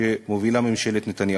שמובילה ממשלת נתניהו.